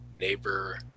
neighbor